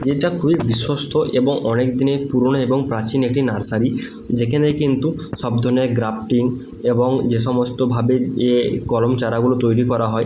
যেটা খুবই বিশ্বস্ত এবং অনেক দিনের পুরনো এবং প্রাচীন একটি নার্সারি যেখানে কিন্তু সব ধরনের গ্রাফটিং এবং যেসমস্তভাবে ইয়ে কলম চারাগুলো তৈরি করা হয়